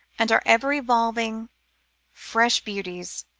and are ever evolving fresh beauties,